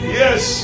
yes